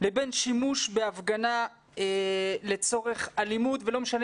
לבין שימוש בהפגנה לצורך אלימות ולא משנה